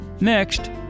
Next